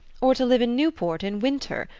or to live in newport in winter,